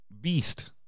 beast